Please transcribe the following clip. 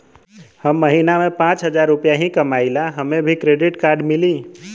हम महीना में पाँच हजार रुपया ही कमाई ला हमे भी डेबिट कार्ड मिली?